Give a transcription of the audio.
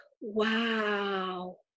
wow